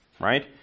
right